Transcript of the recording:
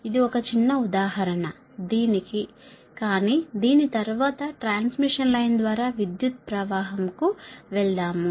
ఇది ఒక చిన్న ఉదాహరణ దీనికి కానీ దీని తరువాత ట్రాన్స్మిషన్ లైన్ ద్వారా విద్యుత్ ప్రవాహంపవర్ ఫ్లో కు వెళదాము